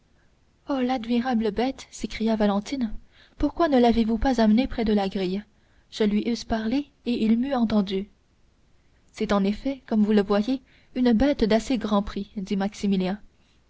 oh l'admirable bête s'écria valentine pourquoi ne l'avez-vous pas amené près de la grille je lui eusse parlé et il m'eût entendue c'est en effet comme vous le voyez une bête d'un assez grand prix dit maximilien